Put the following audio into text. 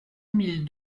mille